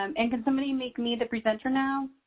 um and can somebody make me the presenter now?